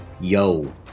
yo